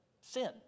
sin